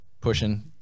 pushing